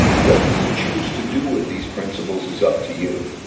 what you choose to do with these principles is up to you.